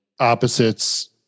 Opposites